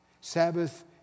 Sabbath